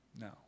No